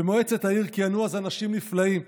במועצת העיר כיהנו אז אנשים נפלאים,